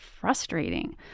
frustrating